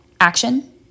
action